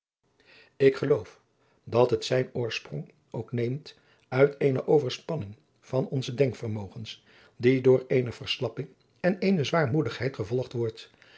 ik geloof dat het zijn oorsprong ook neemt uit eene overspanning van onze denkvermogens die door eene verslapping en eene zwaarmoedigheid gevolgd wordt